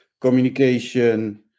communication